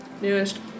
newest